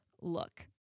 look